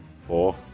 Four